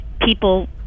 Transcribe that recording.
people